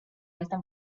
alta